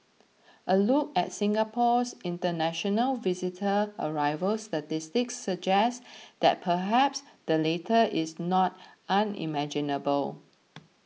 a look at Singapore's international visitor arrival statistics suggest that perhaps the latter is not unimaginable